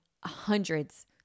hundreds